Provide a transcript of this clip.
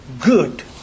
good